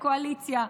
הקואליציה.